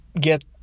get